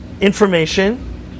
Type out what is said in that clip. information